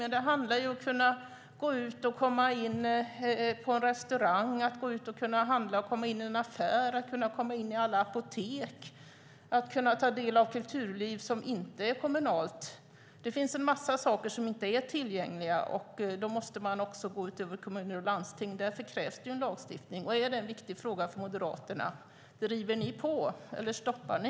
Men det handlar om att kunna komma in på en restaurang, i en affär, i alla apotek, att ta del av kulturliv som inte är kommunalt. Det finns en mängd saker som inte är tillgängliga. Därför måste förslagen gälla mer än kommuner och landsting. Därför krävs en lagstiftning. Är det en viktig fråga för Moderaterna? Driver ni på eller stoppar ni?